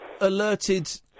alerted